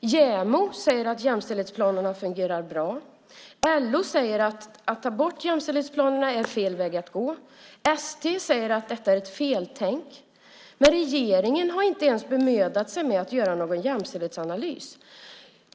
JämO säger att jämställdhetsplanerna fungerar bra. LO säger att ett borttagande av jämställdhetsplanerna är fel väg att gå. ST säger att detta är ett feltänk. Men regeringen har inte ens bemödat sig med att göra en jämställdhetsanalys.